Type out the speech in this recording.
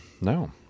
No